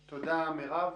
שדרות, בבקשה.